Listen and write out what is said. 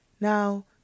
Now